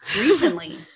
Recently